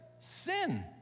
Sin